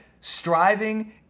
Striving